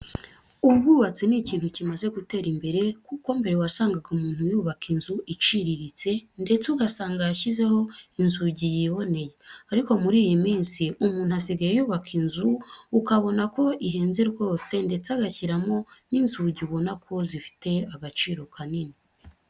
Ubwubatsi ni ikintu kimaze gutera imbere kuko mbere wasangaga umuntu yubaka inzu iciriritse, ndetse ugasanga yashyizeho inzugi yiboneye ariko muri iyi minsi umuntu asigaye yubaka inzu ukabona ko ihenze rwose ndetse agashyiramo n'inzugi ubona ko zifite agaciro kanini.